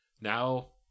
now